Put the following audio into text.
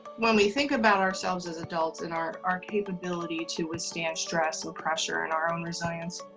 when we think about ourselves as adults and our our capability to withstand stress and pressure and our own resilience,